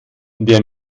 der